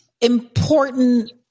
important